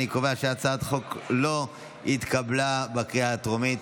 אני קובע שהצעת החוק לא התקבלה בקריאה הטרומית.